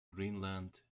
greenland